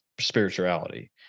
spirituality